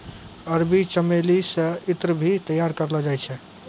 अरबी चमेली से ईत्र भी तैयार करलो जाय छै